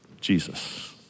Jesus